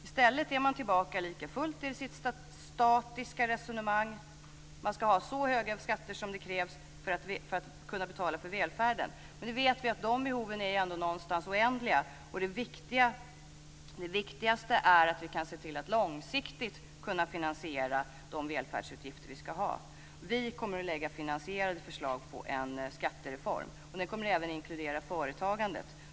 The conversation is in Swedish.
I stället är regeringen lika fullt tillbaka i sitt statiska resonemang om att man ska ha så höga skatter som krävs för att kunna betala för välfärden. Men vi vet ju att de behoven ändå någonstans är oändliga. Det viktigaste är att se till att långsiktigt kunna finansiera de välfärdsutgifter vi ska ha. Vi kommer att lägga fram finansierade förslag på en skattereform. Den kommer även att inkludera företagandet.